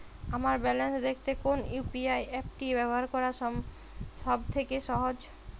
আমার ব্যালান্স দেখতে কোন ইউ.পি.আই অ্যাপটি ব্যবহার করা সব থেকে সহজ?